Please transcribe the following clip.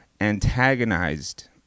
antagonized